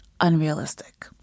unrealistic